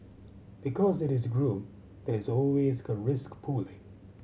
because it is group there is always a risk pooling